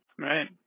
Right